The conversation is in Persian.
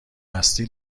هستی